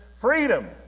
freedom